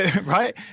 Right